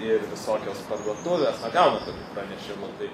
ir visokios parduotuvės na gaunat tokių pranešimų tai